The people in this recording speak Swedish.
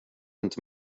inte